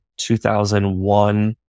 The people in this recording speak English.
2001